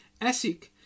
ASIC